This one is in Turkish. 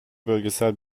bölgesel